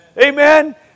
Amen